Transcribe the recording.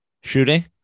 shooting